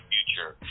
Future